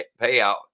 payout